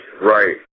right